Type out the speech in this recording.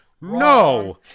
No